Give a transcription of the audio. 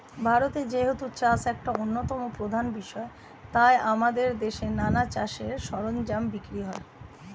ভারতে যেহেতু চাষ একটা অন্যতম প্রধান বিষয় তাই আমাদের দেশে নানা চাষের সরঞ্জাম বিক্রি হয়